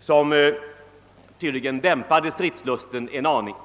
som tydligen dämpade stridslusten något.